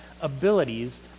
abilities